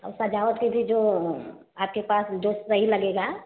और सजावट के लिए जो आपके पास जो सही लगेगा